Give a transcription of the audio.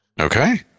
Okay